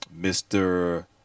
Mr